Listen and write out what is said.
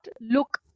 look